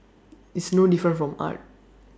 it's no different from art